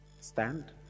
Stand